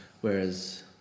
Whereas